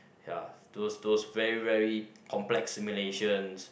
ya those those very very complex stimulations